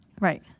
Right